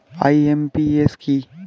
IMPS কি?